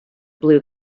blue